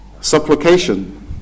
Supplication